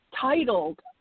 titled